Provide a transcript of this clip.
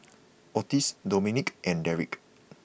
Ottis Domenic and Dedrick